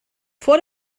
vor